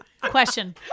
Question